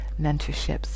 mentorships